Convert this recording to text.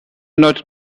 not